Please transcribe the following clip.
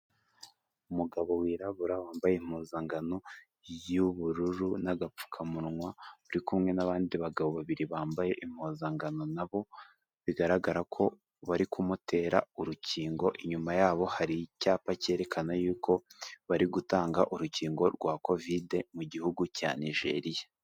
Umugabo wirabura wambaye impuzangano y'ubururu n'agapfukamunwa, uri kumwe n'abandi bagabo babiri bambaye impuzangano na bo, bigaragara ko bari kumutera urukingo, inyuma yabo hari icyapa cyerekana yuko bari gutanga urukingo rwa kovide mu gihugu cya Nigeria.